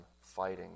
fighting